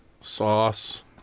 Sauce